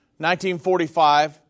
1945